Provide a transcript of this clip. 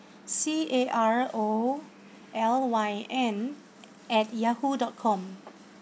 C A R O L Y N at yahoo dot com